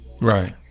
Right